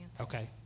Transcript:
Okay